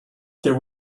there